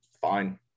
fine